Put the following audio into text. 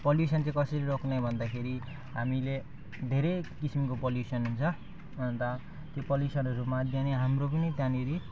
pollution चाहिँ कसरी रोक्ने भन्दाखेरि हामीले धेरै किसिमको पोल्युसन हुन्छ अन्त त्यो पोल्युसनहरूमध्ये नै हाम्रो पनि त्यहाँनिर